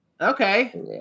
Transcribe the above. Okay